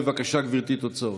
בבקשה, גברתי, תוצאות.